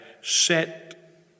Set